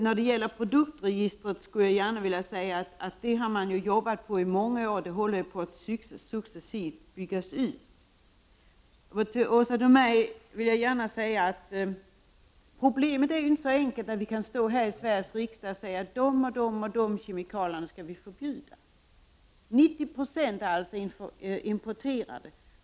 När det gäller produktregistret vill jag gärna säga att man ju har arbetat på det i många år och att man håller på att bygga ut det successivt. Problemet är inte så enkelt, Åsa Domeij, att vi kan stå här i Sveriges riksdag och säga att de och de kemikalierna skall vi förbjuda. 90 26 av produkterna är alltså importerade.